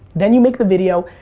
then you make the video,